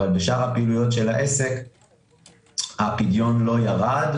אבל בשאר פעילויות העסק הפדיון לא ירד,